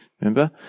Remember